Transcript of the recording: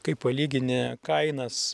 kai palygini kainas